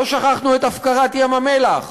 לא שכחנו את הפקרת ים-המלח,